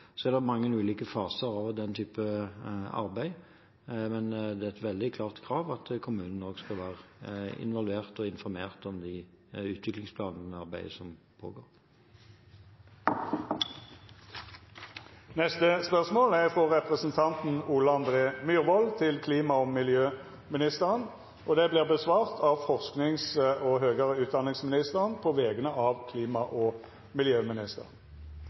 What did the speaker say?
men det er et veldig klart krav at også kommunene skal være involvert i og informert om det utviklingsplanarbeidet som pågår. Dette spørsmålet, frå representanten Ole André Myhrvold til klima- og miljøministeren, vil verta svara på av forskings- og høgare utdanningsministeren på vegner av klima- og miljøministeren,